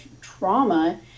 trauma